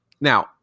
Now